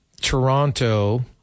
Toronto